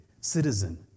citizen